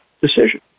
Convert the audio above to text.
decision